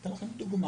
אני אתן לכם דוגמה